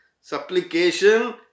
Supplication